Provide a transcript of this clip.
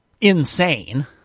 insane